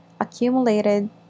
accumulated